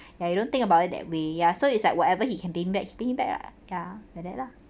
ya you don't think about it that way ya so it's like whatever he can pay me back he pay me back lah ya like that lah